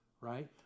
right